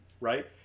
Right